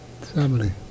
Family